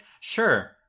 sure